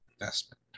investment